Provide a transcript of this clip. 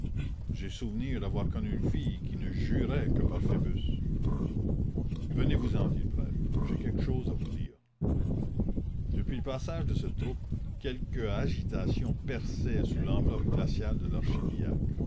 j'ai souvenir d'avoir connu une fille qui ne jurait que par phoebus venez vous en dit le prêtre j'ai quelque chose à vous dire depuis le passage de cette troupe quelque agitation perçait sous l'enveloppe glaciale de